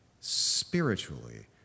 spiritually